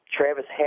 Travis